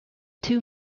two